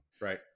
Right